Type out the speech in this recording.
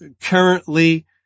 currently